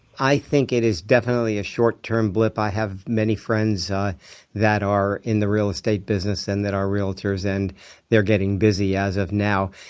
i think it is definitely a short-term blip. i have many friends that are in the real estate business and that are realtors, and they're getting busy as of now.